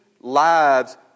lives